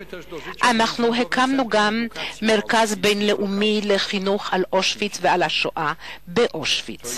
הקמנו גם באושוויץ מרכז בין-לאומי לחינוך על השואה של אושוויץ.